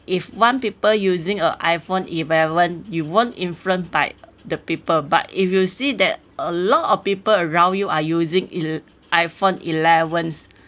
if one people using a iphone eleven you won't influenced by the people but if you will see that a lot of people around you are using ele~ iphone eleventh